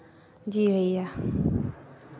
जी भैया